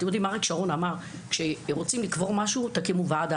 אריק שרון אמר: כשרוצים לקבור משהו, תקימו ועדה.